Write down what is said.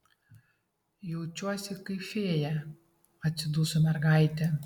jaučiuosi kaip fėja atsiduso mergaitė